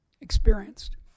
experienced